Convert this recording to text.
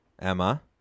Emma